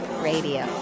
radio